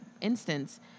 instance